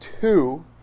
Two